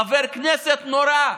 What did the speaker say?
חבר כנסת נורה,